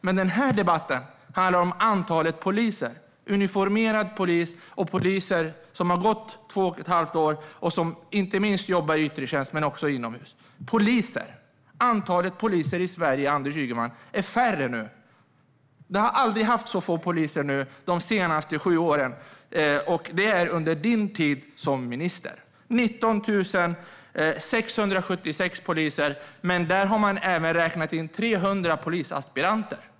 Men denna debatt handlar om antalet poliser - uniformerad polis och poliser som har gått två och ett halvt år och jobbar inte minst i yttre tjänst men också inomhus. Antalet poliser i Sverige, Anders Ygeman, är färre nu. Vi har aldrig haft så få poliser som de senaste sju åren, under din tid som minister. Vi har 19 676 poliser, men där har man även räknat in 300 polisaspiranter.